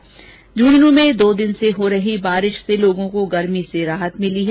उधर झुंझुनूं में दो दिन से हो रही बारिश से लोगों को गर्मी से राहत मिली है